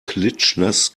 klitschnass